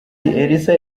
elsa